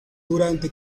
durante